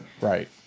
Right